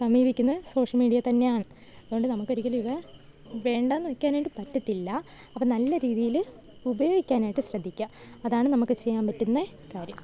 സമീപിക്കുന്നത് social media തന്നെയാണ് അതുകൊണ്ട് നമുക്കൊരിക്കലും ഇത് വേണ്ടാന്ന് വയ്ക്കാനായിട്ട് പറ്റത്തില്ല അപ്പോള് നല്ല രീതിയില് ഉപയോഗിക്കാനായിട്ട് ശ്രദ്ധിക്കാ അതാണ് നമ്മള്ക്ക് ചെയ്യാൻ പറ്റുന്നെ കാര്യം